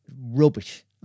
Rubbish